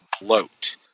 bloat